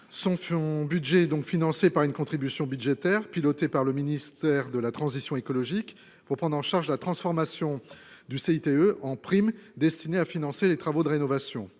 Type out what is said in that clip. son budget, donc financée par une contribution budgétaire piloté par le ministère de la transition écologique pour prendre en charge la transformation du CICE en prime destinée à financer les travaux de rénovation